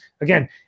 again